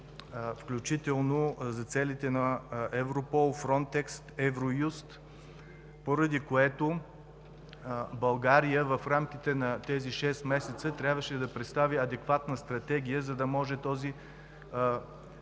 включително за целите на Европол, Фронтекс, Евроюст, поради което България в рамките на тези шест месеца трябваше да представи адекватна стратегия, за да може този